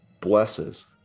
blesses